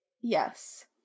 Yes